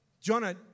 Jonah